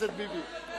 בלילא, תסתכלי עלי.